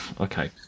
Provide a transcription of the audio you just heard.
Okay